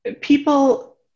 people